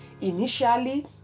initially